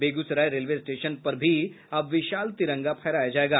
Begusarai railway station पर भी अब विशाल तिरंगा फहराया जायेगा